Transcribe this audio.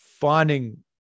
finding